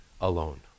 alone